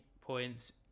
points